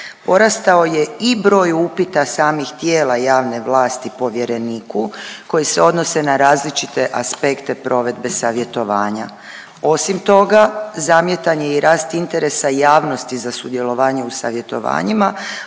Porastao je i broj upita samih tijela javne vlasti povjereniku koji se odnose na različite aspekte provedbe savjetovanja. Osim toga zamjetan je i rast interesa javnosti za sudjelovanje u savjetovanjima,